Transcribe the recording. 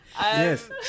Yes